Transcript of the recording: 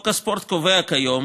כיום,